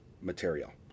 material